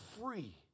free